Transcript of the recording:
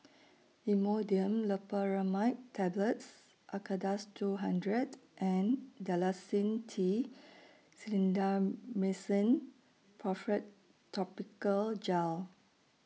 Imodium Loperamide Tablets Acardust two hundred and Dalacin T Clindamycin Phosphate Topical Gel